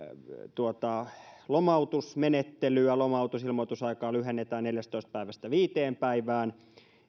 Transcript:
tuota lomautusmenettelyä lomautusilmoitusaikaa lyhennetään neljästätoista päivästä viiteen päivään